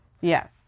yes